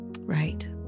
Right